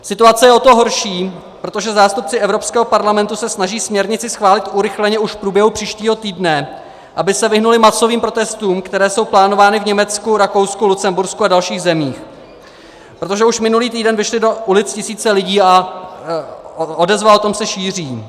Situace je o to horší, že zástupci Evropského parlamentu se snaží směrnici schválit urychleně už v průběhu příštího týdne, aby se vyhnuli masovým protestům, které jsou plánovány v Německu, Rakousku, Lucembursku a dalších zemích, protože už minulý týden vyšly do ulic tisíce lidí a odezva na to se šíří.